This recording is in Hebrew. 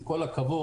עם כל הכבוד,